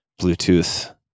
Bluetooth